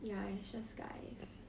ya it's just guys